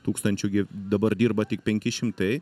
tūkstančių gi dabar dirba tik penki šimtai